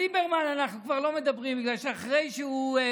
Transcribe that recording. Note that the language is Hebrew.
על ליברמן אנחנו כבר לא מדברים, בגלל שאחרי שהוא,